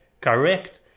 correct